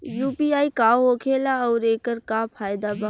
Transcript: UPI का होखेला आउर एकर का फायदा बा?